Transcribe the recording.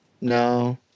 No